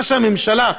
מה שהממשלה,